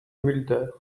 mulder